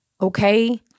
okay